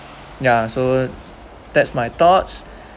ya so that's my though